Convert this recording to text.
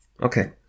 Okay